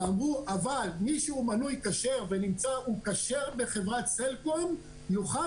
אבל אמרו שמי שהוא מנוי ונמצא כשר בחברת סלקום יוכל